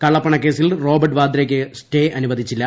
കള്ളപ്പണകേസിൽ Robert വാദ്രയ്ക്ക് stay അനുവദിച്ചില്ല